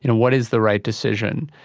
you know what is the right decision?